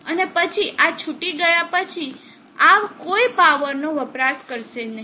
અને પછી આ છુટી ગયા થયા પછી આ કોઈ પાવરનો વપરાશ કરશે નહીં